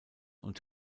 und